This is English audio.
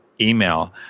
email